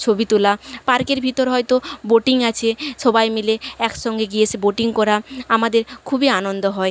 ছবি তোলা পার্কের ভিতর হয়তো বোটিং আছে সবাই মিলে একসঙ্গে গিয়ে সে বোটিং করা আমাদের খুবই আনন্দ হয়